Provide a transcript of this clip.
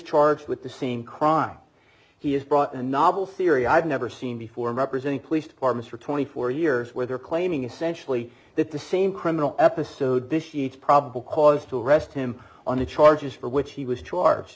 charged with the same crime he is brought in a novel theory i've never seen before in representing police departments for twenty four years where they're claiming essentially that the same criminal episode vitiates probable cause to arrest him on it's charges for which he was